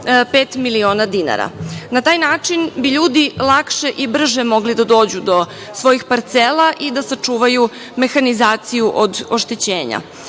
miliona dinara. Na taj način bi ljudi lakše i brže mogli da dođu do svojih parcela i da sačuvaju mehanizaciju od oštećenja. Želim